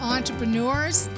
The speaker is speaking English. Entrepreneurs